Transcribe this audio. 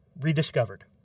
rediscovered